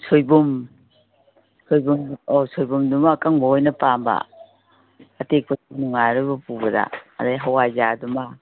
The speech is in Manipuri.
ꯁꯣꯏꯕꯨꯝ ꯁꯣꯏꯕꯨꯝ ꯑꯥ ꯁꯣꯏꯕꯨꯝꯗꯨꯃ ꯑꯀꯪꯕ ꯑꯃ ꯑꯣꯏꯅ ꯄꯥꯝꯕ ꯑꯇꯦꯛꯄꯗꯤ ꯅꯨꯡꯉꯥꯏꯔꯔꯣꯏ ꯄꯨꯕꯗ ꯑꯗꯒꯤ ꯍꯋꯥꯏꯖꯥꯔꯗꯨꯃ